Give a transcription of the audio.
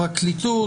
לפרקליטות,